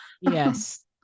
yes